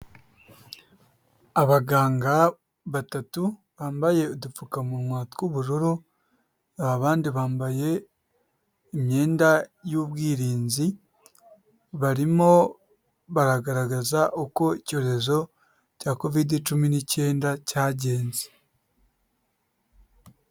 Abaganga batatu bambaye udupfukamunwa tw'ubururu, abandi bambaye imyenda y'ubwirinzi, barimo baragaragaza uko icyorezo cya covid cumi n'icyenda cyagenze.